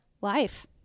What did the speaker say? life